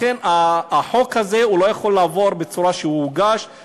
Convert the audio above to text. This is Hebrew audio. לכן החוק הזה לא יכול לעבור בצורה שהוא הוגש,